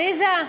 עליזה,